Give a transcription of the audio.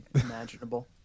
imaginable